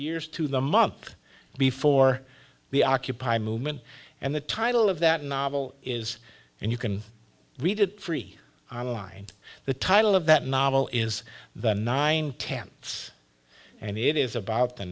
years to the month before the occupy movement and the title of that novel is and you can read it free on line the title of that novel is the nine tenth's and it is about the